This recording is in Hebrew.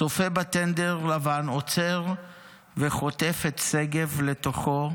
צפה בטנדר לבן עוצר וחוטף את שגב לתוכו,